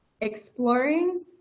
Exploring